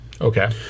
Okay